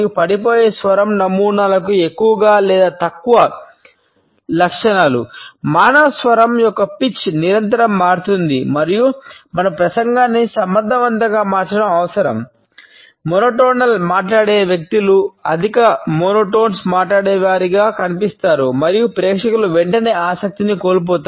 pitch మాట్లాడేవారిగా కనిపిస్తారు మరియు ప్రేక్షకులు వెంటనే ఆసక్తిని కోల్పోతారు